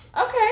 Okay